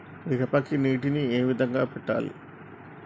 మిరపకి నీటిని ఏ విధంగా పెట్టాలి?